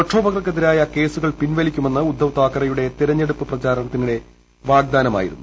പ്രക്ഷോഭകർക്കെതിരായ കേസുകൾ പിൻവലിക്കുമെന്ന് ഉദ്ധവ് താക്കറെയുടെ തെരഞ്ഞെടുപ്പ് പ്രചാരണത്തിനിടെ വാഗ്ദാനം ചെയ്തിരുന്നു